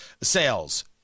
sales